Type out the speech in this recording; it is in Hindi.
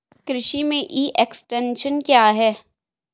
कृषि में ई एक्सटेंशन क्या है?